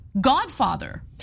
godfather